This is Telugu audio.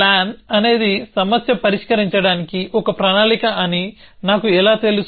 ప్లాన్ అనేది సమస్యను పరిష్కరించడానికి ఒక ప్రణాళిక అని నాకు ఎలా తెలుసు